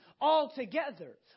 altogether